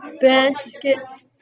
baskets